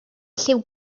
lliw